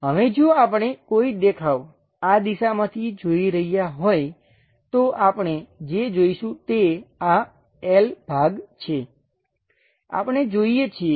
હવે જો આપણે કોઈ દેખાવ આ દિશામાંથી જોઈ રહ્યા હોય તો આપણે જે જોઈશું તે આ L ભાગ છે આપણે જોઈએ છીએ